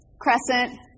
Crescent